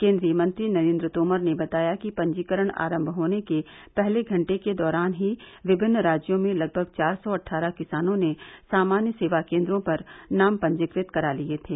केन्द्रीय मंत्री नरेन्द्र तोमर ने बताया कि पंजीकरण आरम्भ होने के पहले घंटे के दौरान ही विभिन्न राज्यों में लगभग चार सौ अट्ढारह किसानों ने सामान्य सेवा केन्द्रों पर नाम क त करा लिये थे